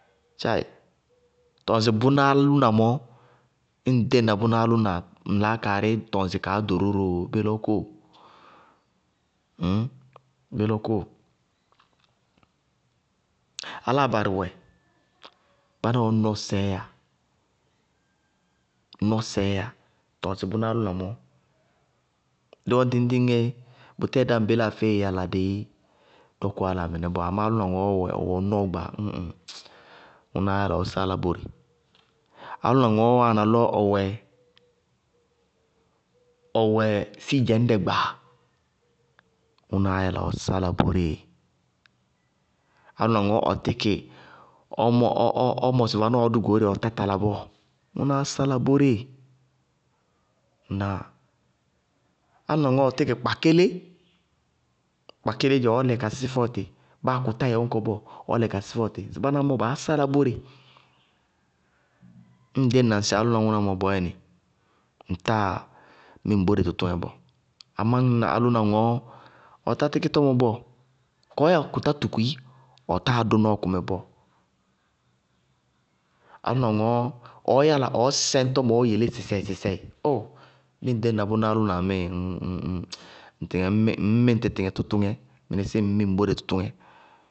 Tcháɩ! Tɔɔ ŋsɩ bʋná álʋna mɔɔ ñŋ déŋna bʋná álʋna, ŋ laákaarɩí tɔŋ sɩ kaá ɖoró róo? Ŋñ? Bélɔ kóo? Áláa barɩ wɛ, báná wɛ nɔsɛɛ yá, nɔsɛɛ yá. Tɔɔ ŋsɩ bʋná álʋna mɔɔ, dɩwɛ ŋɖɩŋ-ŋɖɩŋ éé, bʋtɛɛ dá ŋbéláa feé-feé yála dɩí dɔkʋ áláa mɩnɛ bɔɔ. Amá álʋna ŋɔɔ ɔwɛ nɔɔ gba, ñ ŋ ŋʋnáá yála ɔɔ sála bóre, álʋna ŋɔɔ wáana lɔ ɔwɛ sídzɛñdɛ gba, ŋʋnáá yála ɔɔ sála boéé, álʋna ŋɔɔ ɔ tíkɩ ɔ mɔsɩ vanɔɔ ɔ dʋ goóreé ɔtá tala bɔɔ, ŋʋnáá sála bóre. Ŋnáa? Álʋna ŋɔɔ lɔ ɔ tíkɩ kpakélé, kpakéléé dzɛ ɔlɛ ka sísí fɛ ɔtɩ, báa kʋtá yɛ ɔñkɔ bɔɔ, ɔɔ lɛ ka sísí fɛ ɔtɩ. Ŋsɩ báná mɔ baá sála bóre, ñŋ ŋ ɖéŋna ŋsɩ bʋná ñŋɔ álʋna bɔɔyɛnɩ, ŋtáa mí ŋ bóre tʋtʋŋɛ bɔɔ. Amá ñŋ ñna álʋna ŋɔɔ ɔtáa tíkɩ tɔmɔ bɔɔ, kɔɔ yáa kʋtá tuku í, ɔtáa dʋ nɔɔ kʋmɛ bɔɔ. Álʋna ŋɔɔ ɔɔ yála ɔɔ sɛñ tɔmɔ sɩsɛɩsɩsɛɩ, bíɩ ŋ ɖéŋna bʋná álʋna ŋmíɩ ŋ tɩtɩŋɛ, ŋñmí ŋ tɩtɩŋɛ tʋtʋŋɛ lɔ ŋñmí ŋ bóre tʋtʋŋɛ.